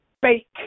fake